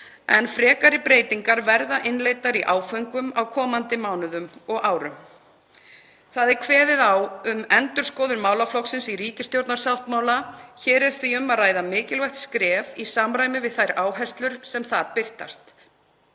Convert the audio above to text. en frekari breytingar verða innleiddar í áföngum á komandi mánuðum og árum. Kveðið er á um endurskoðun málaflokksins í ríkisstjórnarsáttmála. Hér er því um að ræða mikilvægt skref í samræmi við þær áherslur sem þar birtast.